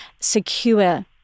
secure